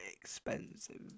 expensive